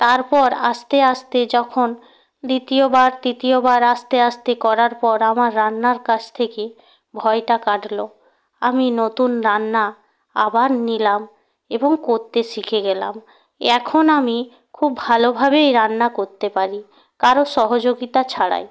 তারপর আস্তে আস্তে যখন দ্বিতীয়বার তৃতীয়বার আস্তে আস্তে করার পর আমার রান্নার কাছ থেকে ভয়টা কাটলো আমি নতুন রান্না আবার নিলাম এবং করতে শিখে গেলাম এখন আমি খুব ভালোভাবেই রান্না করতে পারি কারো সহযোগিতা ছাড়াই